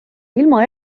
ilma